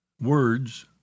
Words